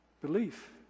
belief